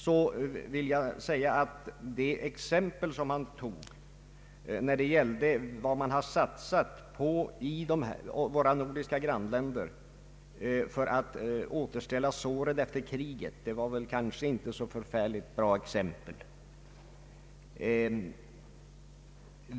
Då vill jag säga att det exempel han tog när det gällde vad man satsat i våra nordiska grannländer för att återställa såren efter kriget kanske inte var ett så förfärligt bra exempel.